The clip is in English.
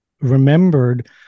remembered